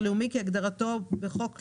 לרבות פלט כהגדרתו בחוק המחשבים,